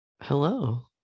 Hello